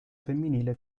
femminile